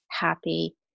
happy